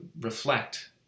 reflect